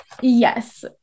Yes